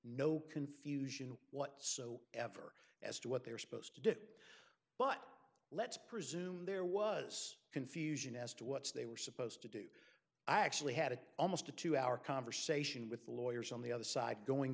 no confusion what so ever as to what they're supposed to do but let's presume there was confusion as to what's they were supposed to do i actually had almost a two hour conversation with the lawyers on the other side going